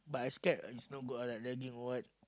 but I scared it's not good ah like lagging or what